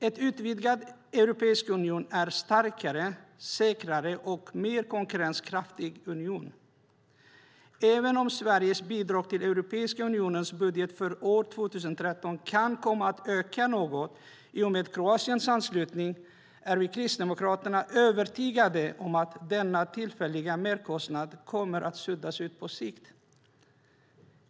Ett utvidgat EU är en starkare, säkrare och mer konkurrenskraftig union. Även om Sveriges bidrag till Europeiska unionens budget för år 2013 kan komma att öka något i och med Kroatiens anslutning, är Kristdemokraterna övertygade om att denna tillfälliga merkostnad kommer att suddas ut på sikt.